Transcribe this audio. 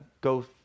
go